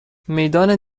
میدان